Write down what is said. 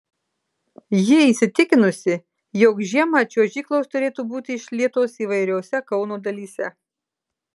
ji įsitikinusi jog žiemą čiuožyklos turėtų būti išlietos įvairiose kauno dalyse